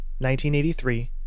1983